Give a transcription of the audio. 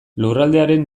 lurraldearen